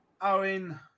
Owen